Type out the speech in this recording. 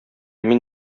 мин